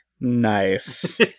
Nice